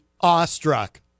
awestruck